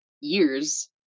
years